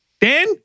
Dan